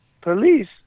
police